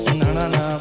na-na-na